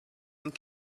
and